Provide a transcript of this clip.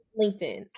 LinkedIn